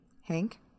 Hank